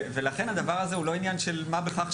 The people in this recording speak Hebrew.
לכן הדבר הזה הוא לא עניין של מה בכך,